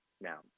now